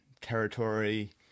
territory